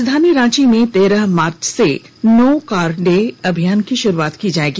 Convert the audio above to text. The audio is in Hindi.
राजधानी रांची में तेरह मार्च से नो कार डे अभियान की शुरूआत की जाएगी